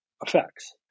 effects